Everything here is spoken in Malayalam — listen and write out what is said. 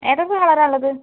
ഏതൊക്കെ കളർ ആണ് ഉള്ളത്